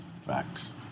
Facts